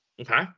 Okay